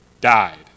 died